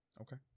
Okay